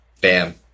Bam